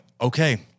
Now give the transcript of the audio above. okay